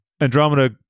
Andromeda